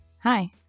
Hi